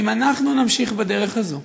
אם אנחנו נמשיך בדרך הזאת,